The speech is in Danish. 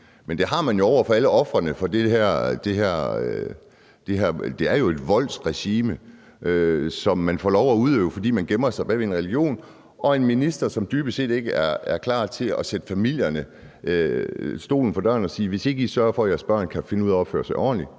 men det har man jo over for alle ofrene, for det er jo et voldsregime, som man får lov til at udøve, fordi man gemmer sig bag en religion, og vi har en minister, som dybest set ikke er klar til at sætte familierne stolen for døren og sige: Hvis ikke I sørger for, at jeres børn kan finde ud af at opføre sig ordentligt,